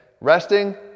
Resting